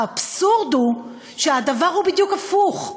האבסורד הוא שהדבר הוא בדיוק הפוך,